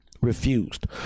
refused